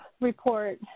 report